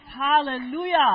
hallelujah